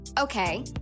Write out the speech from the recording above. Okay